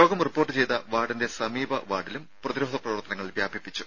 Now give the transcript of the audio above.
രോഗം റിപ്പോർട്ട് ചെയ്ത വാർഡിന്റെ സമീപ വാർഡിലും പ്രതിരോധ പ്രവർത്തനങ്ങൾ വ്യാപിപ്പിച്ചു